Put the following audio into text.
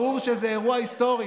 ברור שזה אירוע היסטורי.